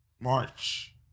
march